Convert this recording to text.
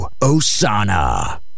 Osana